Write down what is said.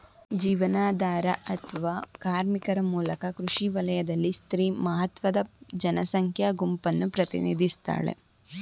ಜೀವನಾಧಾರ ಅತ್ವ ಕಾರ್ಮಿಕರ ಮೂಲಕ ಕೃಷಿ ವಲಯದಲ್ಲಿ ಸ್ತ್ರೀ ಮಹತ್ವದ ಜನಸಂಖ್ಯಾ ಗುಂಪನ್ನು ಪ್ರತಿನಿಧಿಸ್ತಾಳೆ